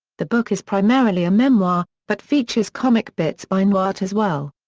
the book is primarily a memoir, but features comic bits by newhart as well.